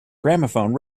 gramophone